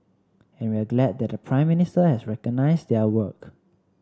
and we're glad that the Prime Minister has recognised their work